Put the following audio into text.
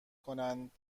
کنند